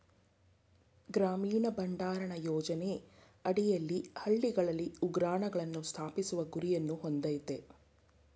ಗ್ರಾಮೀಣ ಭಂಡಾರಣ ಯೋಜನೆ ಅಡಿಯಲ್ಲಿ ಹಳ್ಳಿಗಳಲ್ಲಿ ಉಗ್ರಾಣಗಳನ್ನು ಸ್ಥಾಪಿಸುವ ಗುರಿಯನ್ನು ಹೊಂದಯ್ತೆ